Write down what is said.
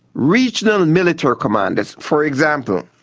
regional and military commanders. for example,